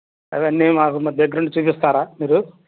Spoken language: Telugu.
అవన్నీ మాకు మరి దగ్గరుండి చూపిస్తారా మీరు